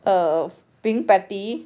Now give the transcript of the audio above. err being petty